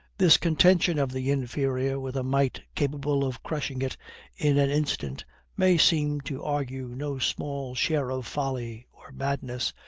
this contention of the inferior with a might capable of crushing it in an instant may seem to argue no small share of folly or madness,